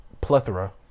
plethora